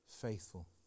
Faithful